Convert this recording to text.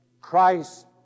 Christ